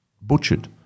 butchered